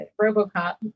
robocop